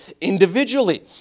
individually